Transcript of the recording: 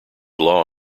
law